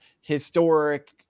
historic